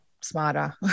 smarter